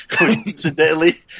Incidentally